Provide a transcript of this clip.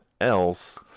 else